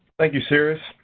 thank you sirius.